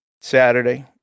Saturday